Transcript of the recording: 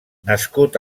nascut